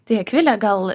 tai akvile gal